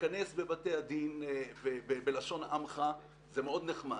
להיכנס בבתי הדין בלשון עמכה זה מאוד נחמד.